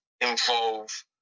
involve